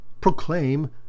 proclaim